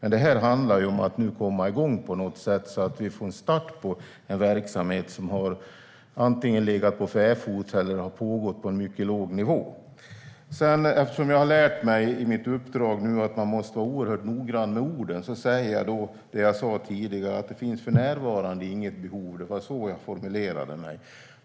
Nu gäller det att komma igång, så att vi får en start på en verksamhet som antingen har legat för fäfot eller har pågått på en mycket låg nivå. Eftersom jag i mitt uppdrag har lärt mig att man måste vara oerhört noggrann med orden säger jag det jag sa tidigare: Det finns för närvarande inget behov. Det var så jag formulerade mig.